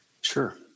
Sure